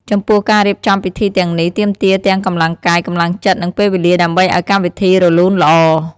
ចំពោះការរៀបចំពិធីទាំងនេះ ទាមទារទាំងកម្លាំងកាយ កម្លាំងចិត្ត និងពេលវេលាដើម្បីអោយកម្មវីធីរលូនល្អ។